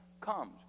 comes